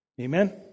Amen